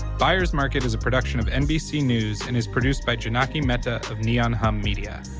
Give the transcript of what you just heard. byers market is a production of nbc news and is produced by jonaki mehta of neon hum media.